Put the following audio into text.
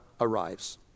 arrives